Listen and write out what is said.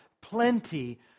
plenty